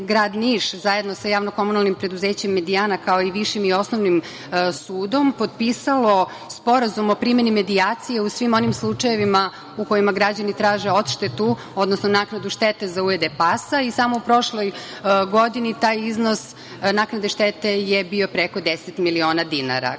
grad Niš zajedno sa JKP „Mediana“, kao i Višim i Osnovnim sudom, potpisalo Sporazum o primeni medijacije u svim onim slučajevima u kojima građani traže odštetu, odnosno naknadu štete za ujede pasa i samo u prošloj godini taj iznos naknade štete je bio preko 10 miliona dinara. Kao